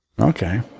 okay